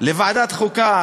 לוועדת חוקה,